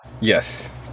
Yes